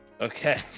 Okay